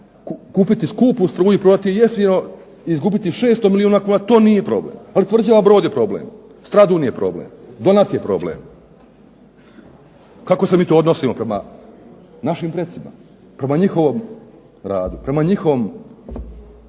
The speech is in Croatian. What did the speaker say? kupiti skupu struju, i prodati jeftino i izgubiti 600 milijuna kuna, to nije problem, ali Tvrđava Brod je problem, Stradun je problem, Donat je problem. Kako se mi to odnosimo prema našim precima, prema njihovom radu, prema njihovom